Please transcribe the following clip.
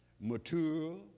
mature